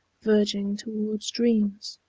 verging towards dreams.